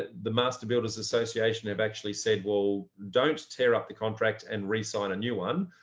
the master builders association have actually said, well don't tear up the contract and re sign a new one,